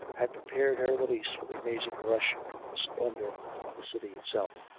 had prepared her in the least for the amazing rush and splendour of the city itself.